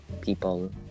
People